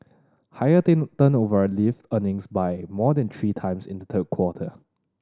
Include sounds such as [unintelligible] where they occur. higher [unintelligible] turnover lifted earnings by more than three times in the third quarter